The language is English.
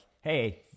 Hey